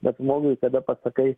bet žmoguikada pasakai